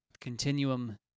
Continuum